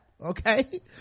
okay